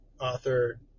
author